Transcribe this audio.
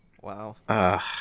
Wow